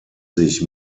sich